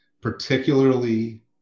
Particularly